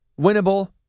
winnable